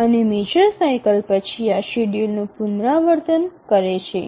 અને major cycle પછી આ શેડ્યૂલનું પુનરાવર્તન થાય છે